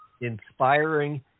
inspiring